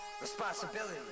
Responsibility